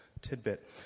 tidbit